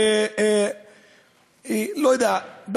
לא יודע,